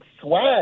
swag